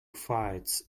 fights